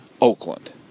Oakland